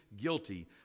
guilty